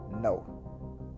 No